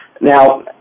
Now